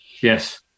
Yes